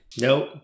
Nope